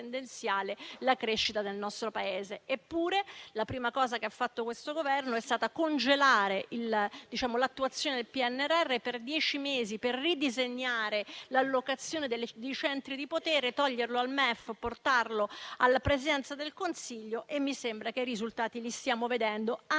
la crescita del nostro Paese. Eppure la prima cosa che ha fatto questo Governo è stata congelare l'attuazione del PNRR per dieci mesi, per ridisegnare l'allocazione dei centri di potere, togliendoli al MEF per portarli alla Presidenza del Consiglio. Mi sembra che i risultati li stiamo vedendo anche